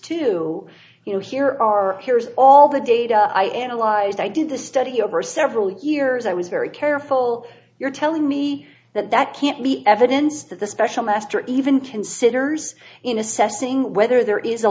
two you know here are here's all the data i analyzed i did the study over several years i was very careful you're telling me that that can't be evidence that the special master even considers in assessing whether there is a